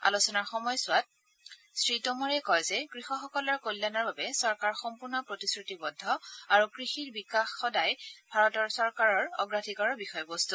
আলোচনাৰ সময়চোৱাত শ্ৰী টোমৰে কয় যে কৃষকসকলৰ কল্যাণৰ বাবে চৰকাৰ সম্পূৰ্ণ প্ৰতিশ্ৰতিবদ্ধ আৰু কৃষিৰ বিকাশ সদায়ে ভাৰত চৰকাৰৰ অগ্ৰাধিকাৰৰ বিষয়বস্তু